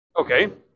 Okay